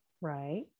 Right